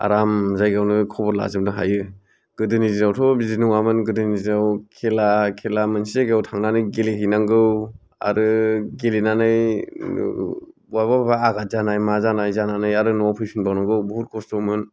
आराम जायगायावनो खबर लाजोबनो हायो गोदोनि दिनावथ' बिदि नङामोन गोदोनि दिनाव खेला खेला मोनसे जायगायाव थांनानै गेलेहैनांगौ आरो गेलानानै बहाबा बहाबा आगाद जानाय मा जानाय जानानै आरो न'आव फैफिनबावनांगौ बहुथ खस्थ'मोन